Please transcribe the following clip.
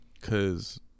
Cause